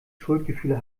schuldgefühle